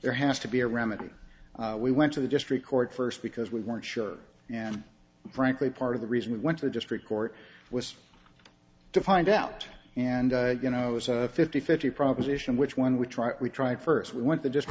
there has to be a remedy we went to the district court first because we weren't sure and frankly part of the reason we went to the district court was to find out and you know it was a fifty fifty proposition which when we tried we tried first went t